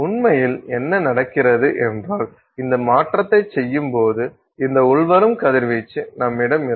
உண்மையில் என்ன நடக்கிறது என்றால் இந்த மாற்றத்தை செய்யும்போது இந்த உள்வரும் கதிர்வீச்சு நம்மிடம் இருக்கும்